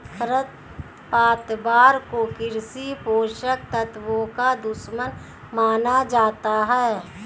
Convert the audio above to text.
खरपतवार को कृषि पोषक तत्वों का दुश्मन माना जाता है